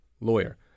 Lawyer